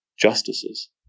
justices